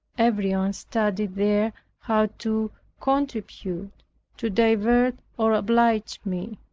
everyone studied there how to contribute to divert or oblige me.